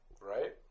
Right